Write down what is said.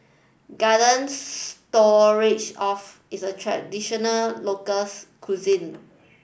Garden Stroganoff is a traditional local cuisine